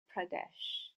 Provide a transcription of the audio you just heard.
pradesh